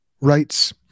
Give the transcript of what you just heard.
rights